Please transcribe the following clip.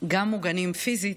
גם מוגנים פיזית,